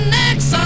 next